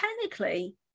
technically